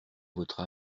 votre